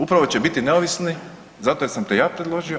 Upravo će biti neovisni zato jer sam te ja predložio.